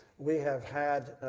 we have had,